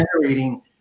generating